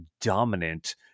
dominant